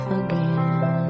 again